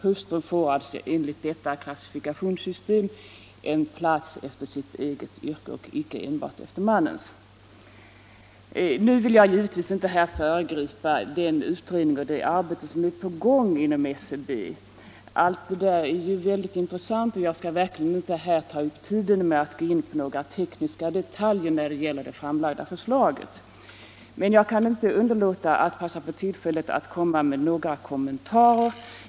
Hustrun får alltså enligt detta klassificeringssystem en plats efter sitt eget yrke, inte enbart efter mannens. Nu skall jag givetvis inte här föregripa den utredning och det arbete som pågår inom statistiska centralbyrån. Allt det där är mycket intressant, — Nr 29 men jag skall inte uppta tiden med att gå in på några tekniska detaljer Tisdagen den när det gäller det framlagda förslaget. Men jag kan inte underlåta att 4-mars.1975 passa på tillfället att göra några kommentarer.